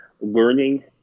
learning